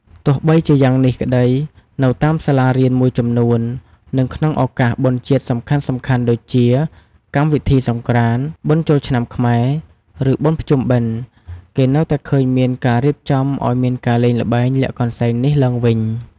ទោះបីជាយ៉ាងនេះក្តី នៅតាមសាលារៀនមួយចំនួន និងក្នុងឱកាសបុណ្យជាតិសំខាន់ៗដូចជា កម្មវិធីសង្ក្រាន្ត បុណ្យចូលឆ្នាំខ្មែរ ឬបុណ្យភ្ជុំបិណ្ឌ គេនៅតែឃើញមានការរៀបចំឱ្យមានការលេងល្បែងលាក់កន្សែងនេះឡើងវិញ។